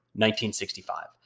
1965